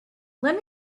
let